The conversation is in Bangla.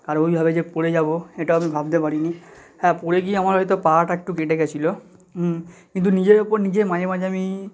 কারণ ওইভাবে যে পড়ে যাবো এটা আমি ভাবতে পারি নি হ্যাঁ পড়ে গিয়ে আমার হয়তো পাটা একটু কেটে গেছিলো নিজের ওপর নিজে মাঝে মাঝে আমি